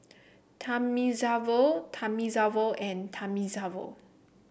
Thamizhavel Thamizhavel and Thamizhavel